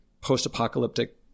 post-apocalyptic